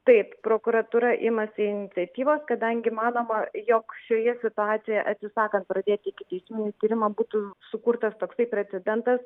taip prokuratūra imasi iniciatyvos kadangi manoma jog šioje situacijoje atsisakant pradėti ikiteisminį tyrimą būtų sukurtas toksai precedentas